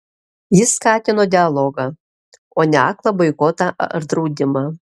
jis skatino dialogą o ne aklą boikotą ar draudimą